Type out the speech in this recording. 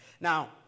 Now